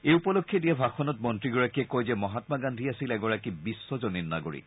এই উপলক্ষে দিয়া ভাষণত মন্নীগৰাকীয়ে কয় যে মহাম্মা গান্ধী আছিল এগৰাকী বিশ্বজনীন নাগৰিক